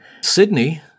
Sydney